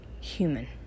human